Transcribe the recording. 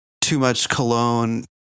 too-much-cologne